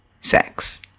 sex